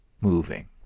moving